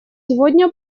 сегодня